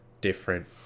different